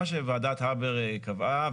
ועדת הבר קבעה,